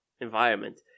environment